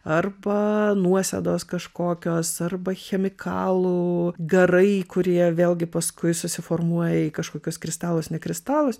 arba nuosėdos kažkokios arba chemikalų garai kurie vėlgi paskui susiformuoja į kažkokius kristalus ne kristalus